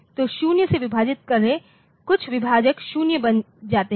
तो 0 से विभाजित करें कुछ विभाजक 0 बन जाते हैं